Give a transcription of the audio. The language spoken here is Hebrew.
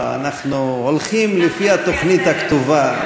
לא, אנחנו הולכים לפי התוכנית הכתובה.